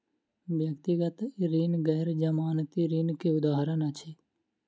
व्यक्तिगत ऋण गैर जमानती ऋण के उदाहरण अछि